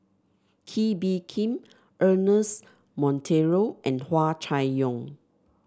Kee Bee Khim Ernest Monteiro and Hua Chai Yong